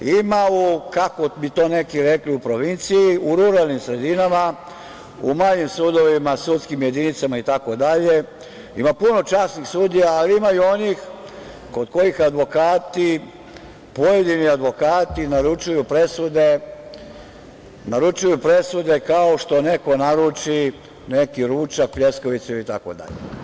Ima u, kako bi to neki rekli u provinciji, u ruralnim sredinama, u manjim sudovima, sudskim jedinicama itd, ima puno časnih sudija, ali ima i onih kod kojih advokati, pojedini advokati naručuju presude kao što neko naruči neki ručak, pljeskavicu itd.